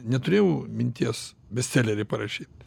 neturėjau minties bestselerį parašyt